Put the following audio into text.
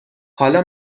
حالا